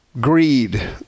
greed